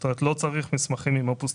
זאת אומרת לא צריך מסמכים עם אפוסטיל.